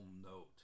note